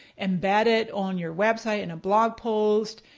embed it on your website, in a blog post.